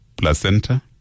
placenta